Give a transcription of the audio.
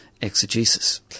exegesis